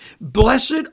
Blessed